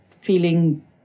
feeling